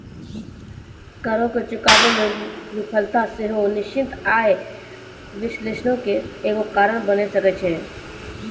करो के चुकाबै मे विफलता सेहो निश्चित आय विश्लेषणो के एगो कारण बनि सकै छै